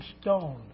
stone